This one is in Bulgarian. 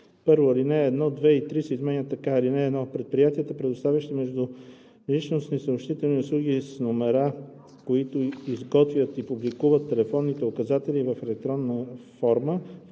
1. Алинеи 1, 2 и 3 се изменят така: „(1) Предприятията, предоставящи междуличностни съобщителни услуги с номера, които изготвят и публикуват телефонни указатели в електронна форма,